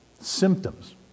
symptoms